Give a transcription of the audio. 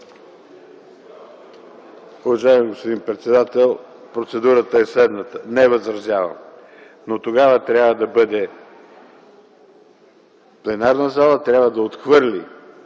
пленарната зала трябва да отхвърли